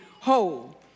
whole